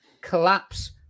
collapse